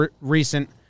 recent